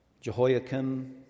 Jehoiakim